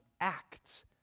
act